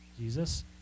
Jesus